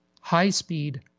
high-speed